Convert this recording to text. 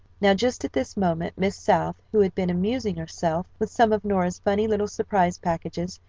now just at this moment miss south, who had been amusing herself with some of nora's funny little surprise packages,